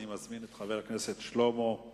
אני מזמין את חבר הכנסת שלמה מולה,